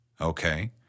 Okay